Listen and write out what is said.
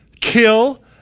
kill